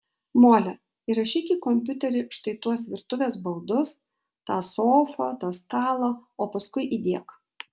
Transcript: mole įrašyk į kompiuterį štai tuos virtuvės baldus tą sofą tą stalą o paskui įdiek